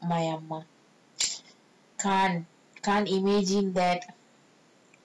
my amma can't can't imagine that